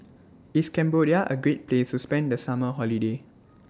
IS Cambodia A Great Place to spend The Summer Holiday